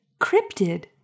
cryptid